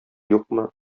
юкмы